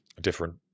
different